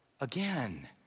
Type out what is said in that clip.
again